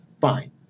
fine